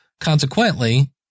consequently